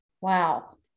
Wow